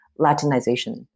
Latinization